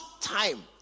time